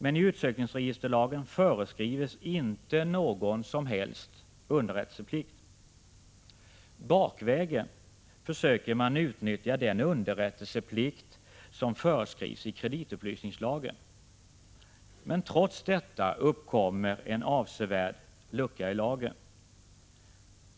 Men i utsökningsregisterlagen föreskrivs inte någon som helst underrättelseplikt. Bakvägen försöker man utnyttja den underrättelseplikt som föreskrivs i kreditupplysningslagen. Trots detta uppkommer en avsevärd ”lucka i lagen”.